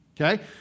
okay